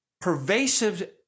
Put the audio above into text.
pervasive